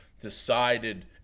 decided